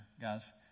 guys